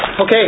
Okay